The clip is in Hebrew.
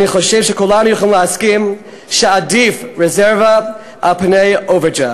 אני חושב שכולנו יכולים להסכים שעדיף רזרבה על פני אוברדרפט.